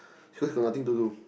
he was nothing to do